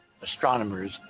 astronomers